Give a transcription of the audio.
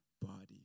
body